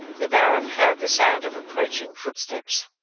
the baron heard the sound of approaching footsteps.